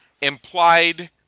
implied